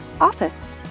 OFFICE